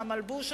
המלבוש,